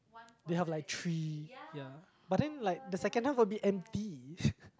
they have like three ya but then like the second half will be empty